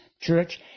church